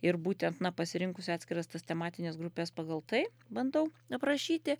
ir būtent na pasirinkusi atskiras tas tematines grupes pagal tai bandau aprašyti